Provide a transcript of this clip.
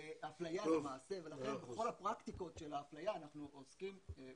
אפליה זה מעשה ולכן בכל הפרקטיקות של האפליה אנחנו עוסקים.